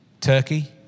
Turkey